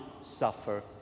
suffer